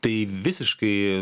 tai visiškai